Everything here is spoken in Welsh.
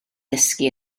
dysgu